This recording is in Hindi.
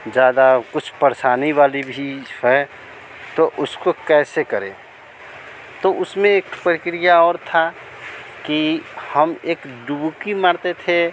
ज़्यादा कुछ परेशानी वाली भी है तो उसको कैसे करे तो उसमें एक प्रक्रिया और थी कि हम एक डुबकी मारते थे